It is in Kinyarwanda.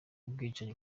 ubwicanyi